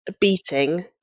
beating